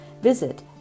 visit